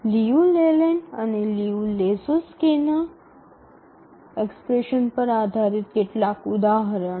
Liu Leland અને Liu લેહોક્ઝ્કીના expression પર આધારિત કેટલાક ઉદાહરણો